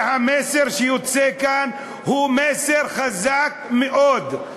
המסר שיוצא כאן הוא מסר חזק מאוד,